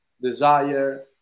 desire